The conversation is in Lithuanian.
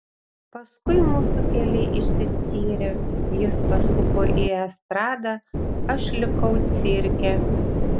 paskui mūsų keliai išsiskyrė jis pasuko į estradą aš likau cirke